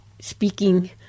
speaking